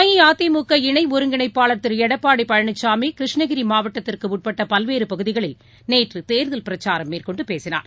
அஇஅதிமுக இணைஒருங்கிணைப்பாளர் திருளடப்பாடிபழனிசாமிகிருஷ்ணகிரிமாவட்டத்திற்குஉட்பட்டபல்வேறுபகுதிகளில் நேற்றுதேர்தல் பிரச்சாரம் மேற்கொண்டுபேசினார்